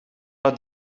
are